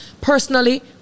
personally